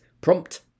prompt